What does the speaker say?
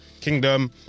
kingdom